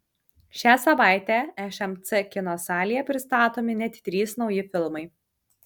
šią savaitę šmc kino salėje pristatomi net trys nauji filmai